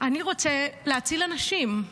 אני רוצה להציל אנשים.